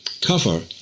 cover